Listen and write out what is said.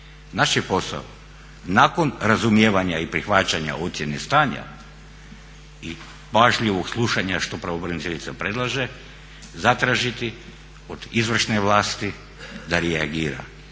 Naš je posao nakon razumijevanja i prihvaćanja ocjene stanja i pažljivog slušanja što pravobraniteljica predlaže zatražiti od izvršne vlasti da reagira.